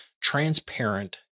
transparent